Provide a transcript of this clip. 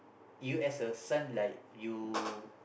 you as a son like you